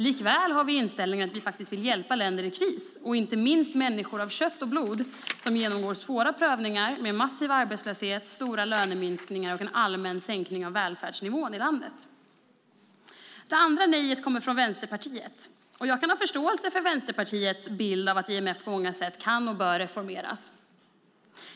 Likväl har vi inställningen att vi vill hjälpa länder i kris, och inte minst människor av kött och blod som genomgår svåra prövningar med massiv arbetslöshet, stora löneminskningar och en allmän sänkning av välfärdsnivån i landet. Det andra nejet kommer från Vänsterpartiet. Och jag kan ha förståelse för Vänsterpartiets bild av att IMF på många sätt kan och bör reformeras.